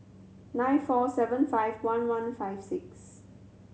nine four seven five one one five six